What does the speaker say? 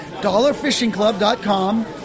dollarfishingclub.com